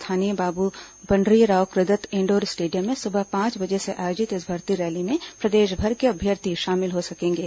स्थानीय Babu Pandharirao Kridatt indoor stadium में सुबह पांच बजे से आयोजित इस भर्ती रैली में प्रदेशभर के अभ्यर्थी शामिल हो सकेंगे